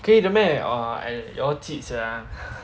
可以的 meh orh !aiyo! you all cheat sia